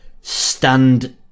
stand